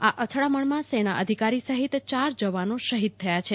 આ અથડામણમાં સેના અધિકારી સહિત ચાર જવાનો શહીદ થયા છે